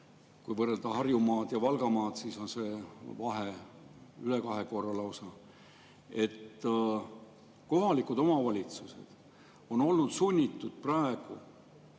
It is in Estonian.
kui võrrelda Harjumaad ja Valgamaad, siis on see vahe lausa üle kahe korra. Kohalikud omavalitsused on olnud sunnitud praegu